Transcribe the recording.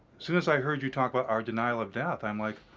soon as i heard you talk about our denial of death, i'm like,